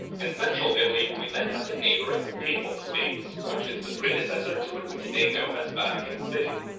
in central italy, we then have the neighboring papal states, which is the predecessor to what we today know as vatican city.